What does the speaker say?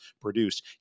produced